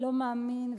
לא מאמין,